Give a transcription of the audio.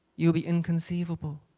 you'll be inconceivable.